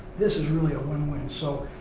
this is really a win-win. so,